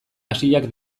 hasiak